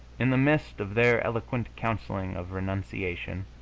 in the midst of their eloquent counselling of renunciation,